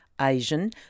Asian